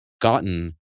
gotten